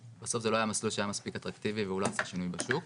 ובסוף זה לא היה מסלול שהיה מספיק אטרקטיבי והוא לא עשה שינויים בשוק.